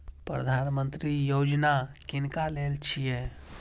प्रधानमंत्री यौजना किनका लेल छिए?